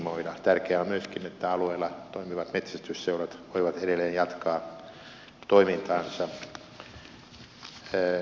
tärkeää on myöskin että alueella toimivat metsästysseurat voivat edelleen jatkaa toimintaansa